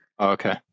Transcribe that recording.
Okay